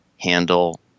Handle